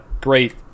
great